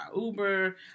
Uber